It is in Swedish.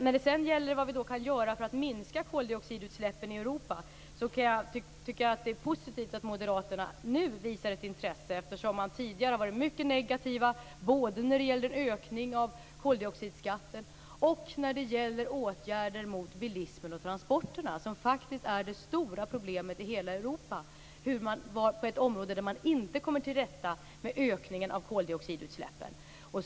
När det gäller vad vi kan göra för att minska koldioxidutsläppen i Europa, kan jag tycka att det är positivt att Moderaterna nu visar ett intresse. Tidigare har man varit mycket negativa både när det gäller en ökning av koldioxidskatten och när det gäller åtgärder mot bilismen och transporterna - som faktiskt är det stora problemet i hela Europa. Det är ett område där man inte kommer till rätta med ökningen av koldioxidutsläppen.